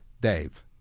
Dave